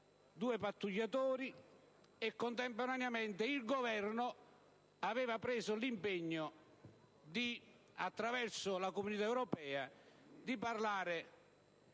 due pattugliatori e, contemporaneamente, il Governo aveva preso l'impegno, attraverso la Comunità europea, di parlare